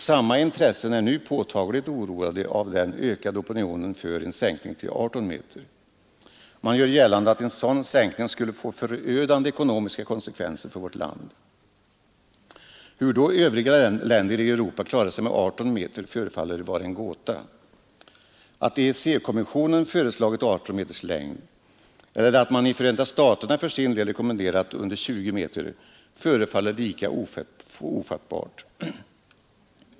Samma intressen är nu påtagligt oroade av den ökade opinionen för en sänkning till 18 meter. Man gör gällande att en sådan sänkning skulle få förödande ekonomiska konsekvenser för vårt land. Hur då övriga länder i Europa klarar sig med 18 meter förefaller vara en gåta. Att EEC-kommissionen föreslagit 18 meters längd eller att man i Förenta staterna rekommenderat 20 meters längd förefaller lika ofattbart.